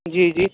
جی جی